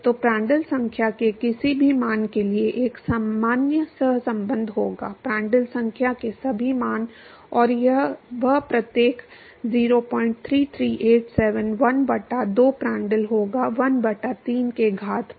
तो प्रांड्टल संख्या के किसी भी मान के लिए एक सामान्य सहसंबंध होगा प्रांड्टल संख्या के सभी मान और वह प्रत्येक 03387 1 बटा 2 प्रांटल होगा 1 बटा 3 के घात पर